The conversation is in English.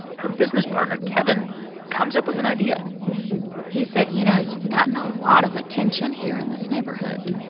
her business partner kevin comes up with an idea he said, you know, you've gotten a lot of attention here in this neighborhood.